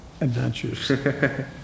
adventures